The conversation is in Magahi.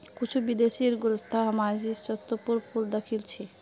कुछू विदेशीर गुलदस्तात हामी शतपुष्पेर फूल दखिल छि